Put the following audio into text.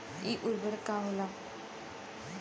इ उर्वरक का होला?